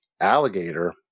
alligator